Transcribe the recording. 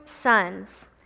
sons